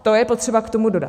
To je potřeba k tomu dodat.